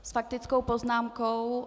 S faktickou poznámkou...